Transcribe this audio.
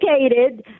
educated